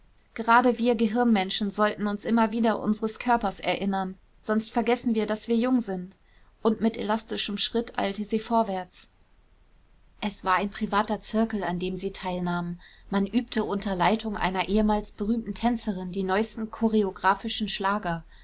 gerade wir gehirnmenschen sollten uns immer wieder unseres körpers erinnern sonst vergessen wir daß wir jung sind und mit elastischem schritt eilte sie vorwärts es war ein privater zirkel an dem sie teilnahm man übte unter leitung einer ehemals berühmten tänzerin die neusten choreographischen schlager